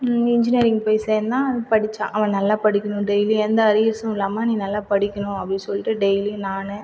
engineering போய் சேர்ந்தான் படித்தான் அவன் நல்லா படிக்கணும் டெய்லியும் எந்த அரியர்ஸ்சும் இல்லாமல் நீ நல்லா படிக்கணும் அப்படினு சொல்லிட்டு டெய்லியும் நான்